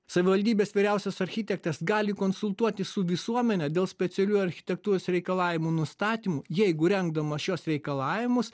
savivaldybės vyriausias architektas gali konsultuotis su visuomene dėl specialiųjų architektūros reikalavimų nustatymų jeigu rengdama šiuos reikalavimus